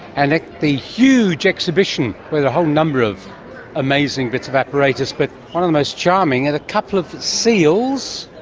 and at the huge exhibition with a whole number of amazing bits of apparatus. but one of the most charming are and a couple of seals,